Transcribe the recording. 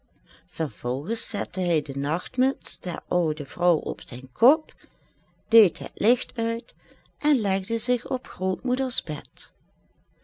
vervolgens zette hij de nachtmuts der oude vrouw op zijn kop deed het licht uit en legde zich op grootmoeders bed